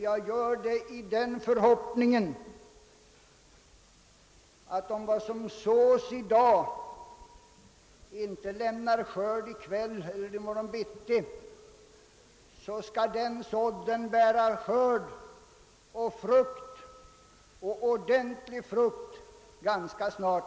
Jag gör det i den förhoppningen att om vad som sås i dag inte lämnar skörd i dag eller i morgon bittida, så skall sådden dock ganska snart bära riklig skörd.